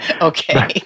Okay